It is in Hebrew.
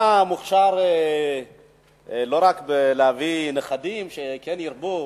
אתה מוכשר לא רק בלהביא נכדים, כן ירבו,